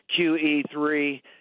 QE3